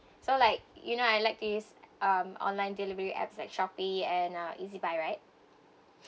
so like you know I like these um online delivery apps like Shopee and uh E_Z_buy right